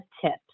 tips